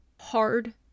hard